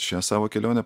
šią savo kelionę